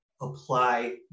apply